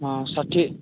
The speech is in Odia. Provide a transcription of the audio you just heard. ହଁ ଷାଠିଏ